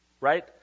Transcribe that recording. Right